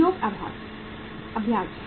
उद्योग अभ्यास